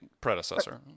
predecessor